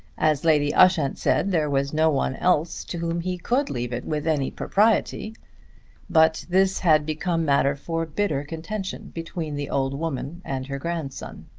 as lady ushant said, there was no one else to whom he could leave it with any propriety but this had become matter for bitter contention between the old woman and her grandson.